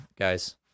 guys